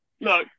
look